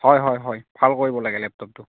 হয় হয় হয় ভাল কৰিব লাগে লেপটপটো